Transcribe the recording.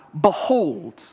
behold